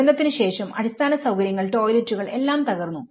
ദുരന്തത്തിനുശേഷം അടിസ്ഥാന സൌകര്യങ്ങൾ ടോയ്ലെറ്റുകൾഎല്ലാം തകർന്നു